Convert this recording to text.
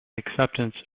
acceptance